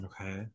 Okay